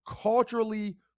Culturally